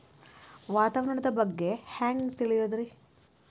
ವಾತಾವರಣದ ಬಗ್ಗೆ ಹ್ಯಾಂಗ್ ತಿಳಿಯೋದ್ರಿ?